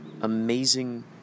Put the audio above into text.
amazing